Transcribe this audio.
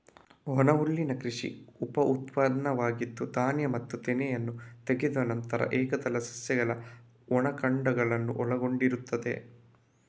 ಒಣಹುಲ್ಲಿನ ಕೃಷಿ ಉಪ ಉತ್ಪನ್ನವಾಗಿದ್ದು, ಧಾನ್ಯ ಮತ್ತು ತೆನೆಯನ್ನು ತೆಗೆದ ನಂತರ ಏಕದಳ ಸಸ್ಯಗಳ ಒಣ ಕಾಂಡಗಳನ್ನು ಒಳಗೊಂಡಿರುತ್ತದೆ